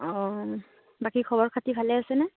অঁ বাকী খবৰ খাতি ভালে আছেনে